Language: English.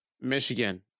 Michigan